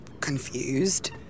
Confused